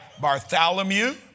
Bartholomew